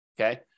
Okay